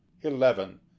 eleven